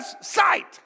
sight